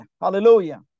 hallelujah